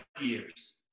years